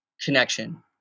connection